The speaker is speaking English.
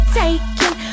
taking